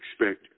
expect